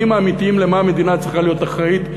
האמיתיים למה המדינה צריכה להיות אחראית,